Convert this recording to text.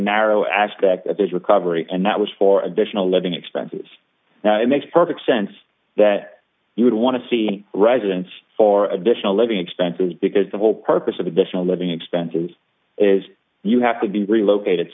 narrow aspect of his recovery and that was for additional living expenses now it makes perfect sense that you would want to see residence for additional living expenses because the whole purpose of additional living expenses is you have to be relocated